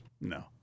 No